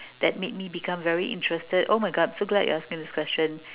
that made me become very interested oh my god so glad you asked me this question